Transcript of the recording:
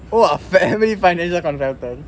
!wah! family financial consultant